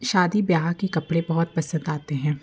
शादी ब्याह के कपड़े बहुत पसंद आते हैं